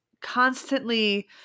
constantly